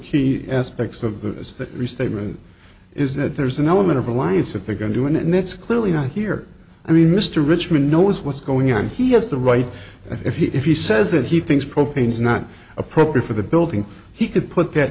restatement is that there's an element of reliance that they're going to and that's clearly not here i mean mr richmond knows what's going on he has the right if he if he says that he thinks propane is not appropriate for the building he could put that